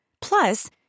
Plus